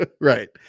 Right